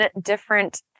different